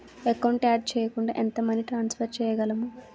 Account add చేయకుండా ఎంత money transfer చేయగలము?